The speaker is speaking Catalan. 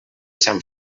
sant